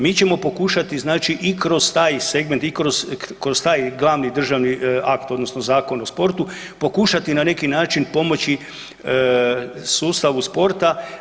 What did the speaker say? Mi ćemo pokušati znači i kroz taj segment i kroz taj glavni državni akt odnosno Zakon o sportu pokušati na neki način pomoći sustavu sporta.